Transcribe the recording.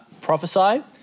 prophesy